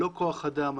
לא כוח אדם.